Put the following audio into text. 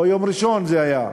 או ביום ראשון זה היה,